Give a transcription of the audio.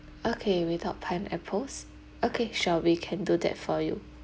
okay without pineapples okay sure we can do that for you